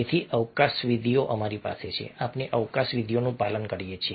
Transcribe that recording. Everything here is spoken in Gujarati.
તેથી અવકાશ વિધિઓ આપણી પાસે છે આપણે અવકાશ વિધિઓનું પાલન કરીએ છીએ